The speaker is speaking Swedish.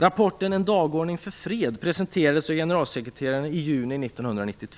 Rapporten En dagordning för fred presenterades av generalsekreteraren i juni 1992.